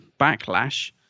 backlash